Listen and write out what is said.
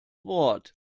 wort